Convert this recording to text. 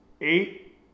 eight